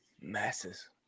masses